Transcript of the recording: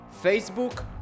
Facebook